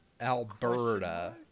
Alberta